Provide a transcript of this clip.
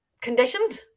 conditioned